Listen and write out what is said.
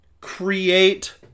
create